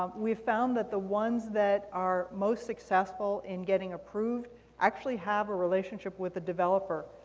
um we've found that the ones that are most successful in getting approved actually have a relationship with a developer.